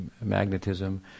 magnetism